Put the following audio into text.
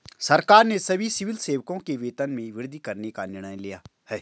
सरकार ने सभी सिविल सेवकों के वेतन में वृद्धि करने का निर्णय लिया है